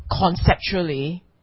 conceptually